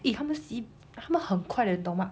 eh 他们 si 他们很快的你懂吗